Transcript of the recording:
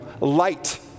light